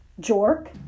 jork